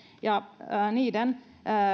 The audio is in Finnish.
niiden